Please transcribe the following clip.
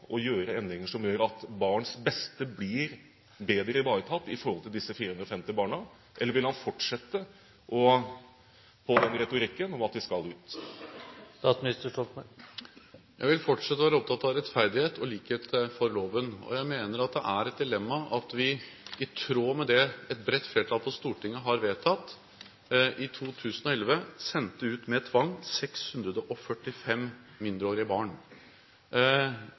å gjøre endringer som gjør at barns beste blir bedre ivaretatt når det gjelder disse 450 barna, eller vil han fortsette med retorikken om at de skal ut? Jeg vil fortsette å være opptatt av rettferdighet og likhet for loven. Jeg mener at det er et dilemma at vi, i tråd med det et bredt flertall på Stortinget har vedtatt, i 2011 sendte ut med tvang